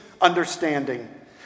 understanding